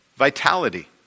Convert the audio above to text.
Vitality